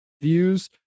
views